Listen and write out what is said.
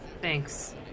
Thanks